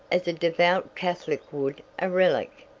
as a devout catholic would a relic.